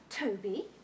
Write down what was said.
Toby